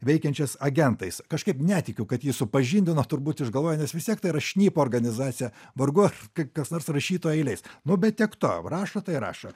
veikiančias agentais kažkaip netikiu kad jį supažindino turbūt išgalvojo nes vis tiek tai yra šnipų organizacija vargu ar kas nors rašytoją įleis nu bet tiek to rašo tai rašo